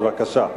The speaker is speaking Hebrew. בבקשה.